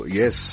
yes